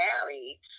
married